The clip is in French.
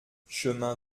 chemin